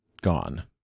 gone